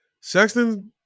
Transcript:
Sexton